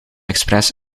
express